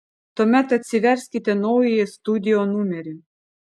tuomet atsiverskite naująjį studio numerį